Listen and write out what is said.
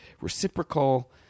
reciprocal